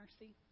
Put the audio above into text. mercy